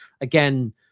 again